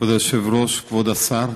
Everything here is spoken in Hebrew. כבוד היושב-ראש, כבוד השר,